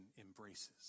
embraces